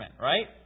right